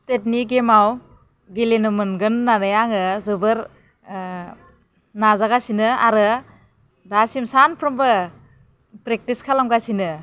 state नि गेमाव गेलेनो मोनगोन होन्नानै आङो जोबोर नाजागासिनो आरो दासिम सानफ्रोमबो प्रेकटिस खालामगासिनो